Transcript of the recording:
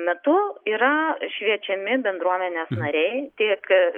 metu yra šviečiami bendruomenės nariai tiek